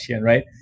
right